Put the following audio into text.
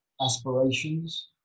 aspirations